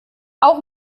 auch